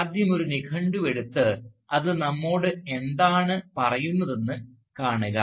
ആദ്യം ഒരു നിഘണ്ടു എടുത്ത് അത് നമ്മോട് എന്താണ് പറയുന്നതെന്ന് കാണുക